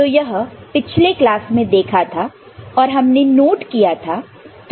तो यह पिछले क्लास में देखा था और हमने नोट किया था